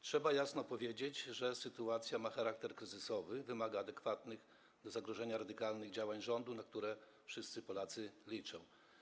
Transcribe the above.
Trzeba jasno powiedzieć, że sytuacja ma charakter kryzysowy i wymaga adekwatnych do zagrożenia, radykalnych działań rządu, na które wszyscy Polacy liczą.